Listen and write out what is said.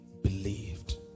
Believed